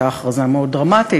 הייתה הכרזה מאוד דרמטית,